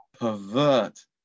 pervert